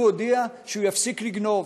הוא יודע שהוא יפסיק לגנוב.